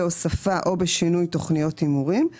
בהחלטה על שינוי תוכניות הימורים או על הוספת תוכניות